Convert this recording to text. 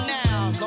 now